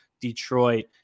Detroit